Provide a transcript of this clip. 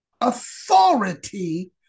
authority